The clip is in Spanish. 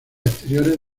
exteriores